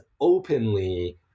openly